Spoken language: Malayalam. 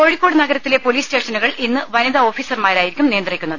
കോഴിക്കോട് നഗരത്തിലെ പൊലീസ് സ്റ്റേഷനുകൾ ഇന്ന് വനിതാ ഓഫീസർമാരായിരിക്കും നിയന്ത്രിക്കുന്നത്